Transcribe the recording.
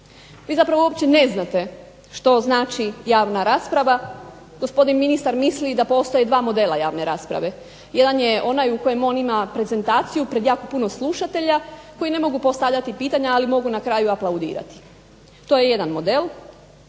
Vi zapravo uopće ne znate što znači javna rasprava. Gospodin ministar mislim da postoje dva modela javne rasprave, jedan je onaj u kojem on ima prezentaciju pred jako puno slušatelja koji ne mogu postavljati pitanja, ali mogu na kraju aplaudirati, to je jedan model.